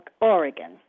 Oregon